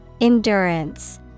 Endurance